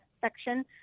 section